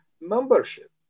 membership